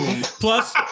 Plus